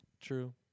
True